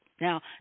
Now